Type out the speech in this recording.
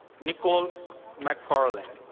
nicole macfarlane.